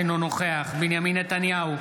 אינו נוכח בנימין נתניהו,